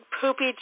poopy